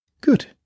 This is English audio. Good